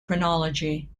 chronology